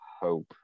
hope